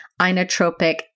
inotropic